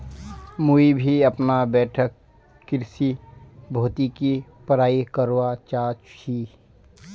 मुई भी अपना बैठक कृषि भौतिकी पढ़ाई करवा चा छी